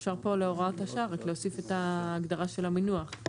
אפשר להוסיף את ההגדרה של המינוח להוראת השעה.